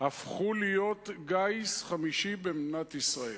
הפכו להיות גיס חמישי במדינת ישראל.